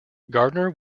gardner